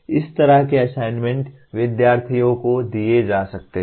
इस तरह के असाइनमेंट विद्यार्थियों को दिए जा सकते हैं